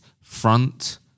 front